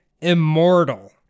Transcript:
immortal